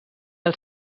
als